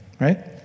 right